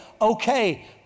okay